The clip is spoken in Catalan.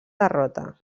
derrota